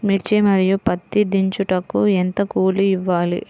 మిర్చి మరియు పత్తి దించుటకు ఎంత కూలి ఇవ్వాలి?